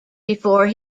before